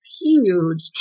huge